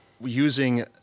using